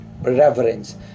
reverence